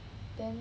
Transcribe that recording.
then